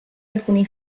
alcuni